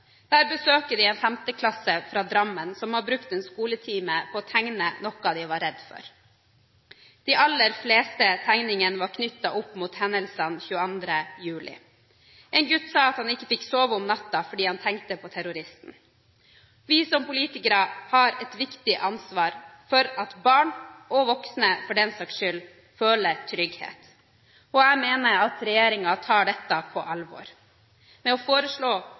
Der besøker de en 5.-klasse fra Drammen som har brukt en skoletime på å tegne noe de var redde for. De aller fleste tegningene var knyttet opp mot hendelsene 22. juli. En gutt sa at han ikke fikk sove om natten fordi han tenkte på terroristen. Vi som politikere har et viktig ansvar for at barn – og voksne, for den saks skyld – føler trygghet. Jeg mener at regjeringen tar dette på alvor ved å foreslå